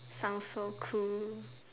sounds so cool